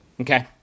Okay